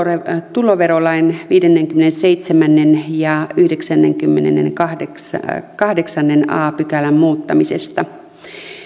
tuloverolain viidennenkymmenennenseitsemännen ja yhdeksännenkymmenennenkahdeksannen a pykälän muuttamisesta